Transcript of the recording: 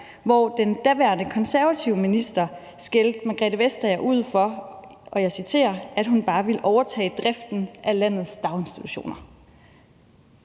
hvor den daværende konservative minister skældte Margrethe Vestager ud for – og jeg citerer – at hun bare ville overtage driften af landets daginstitutioner.